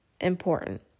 important